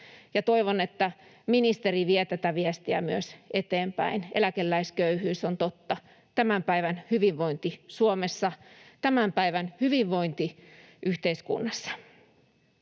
toivon, että myös ministeri vie tätä viestiä eteenpäin. Eläkeläisköyhyys on totta tämän päivän hyvinvointi-Suomessa, tämän päivän hyvinvointiyhteiskunnassa.